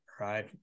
right